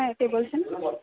হ্যাঁ কে বলছেন